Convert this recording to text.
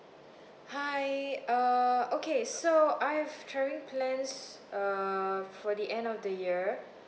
hi uh okay so I have travelling plans uh for the end of the year